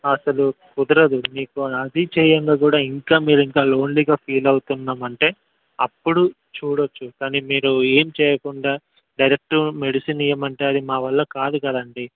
అసలు కుదరదు మీకు అది చేయగా కూడా ఇంకా మీరు ఇంకా లోన్లీగా ఫీల్ అవుతుంన్నారంటే అప్పుడు చూడచ్చు కానీ మీరు ఏం చేయకుండా డైరెక్ట్ మెడిసిన్ ఇయ్యమంటే అది మా వల్ల కాదు కదండి